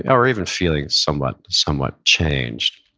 and or even feeling somewhat somewhat changed.